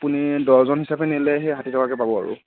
আপুনি ডৰ্জন হিচাপে নিলেহে ষাঠি টকাত পাব আৰু